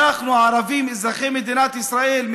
אנחנו הערבים אזרחי מדינת ישראל,